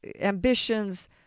ambitions